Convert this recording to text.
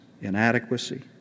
inadequacy